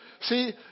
See